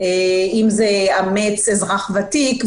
אם זה "אמץ אזרח ותיק",